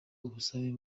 ubusabe